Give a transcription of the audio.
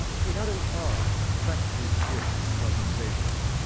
he had an odd, attractive gift of conversation,